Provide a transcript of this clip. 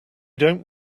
dont